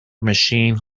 machine